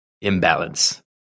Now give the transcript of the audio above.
imbalance